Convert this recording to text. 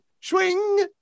Swing